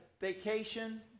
vacation